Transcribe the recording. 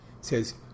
Says